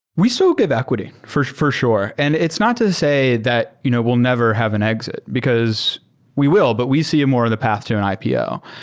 we still give equity, for for sure, and it's not to say that you know we'll never have an exit, because we will, but we see more the path to an ipo.